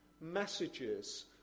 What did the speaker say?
messages